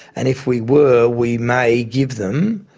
and if we were we may give them,